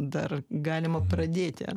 dar galima pradėti